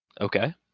Okay